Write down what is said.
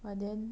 but then